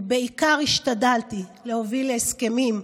ובעיקר השתדלתי להוביל להסכמים,